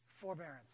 Forbearance